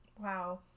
Wow